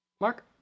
Mark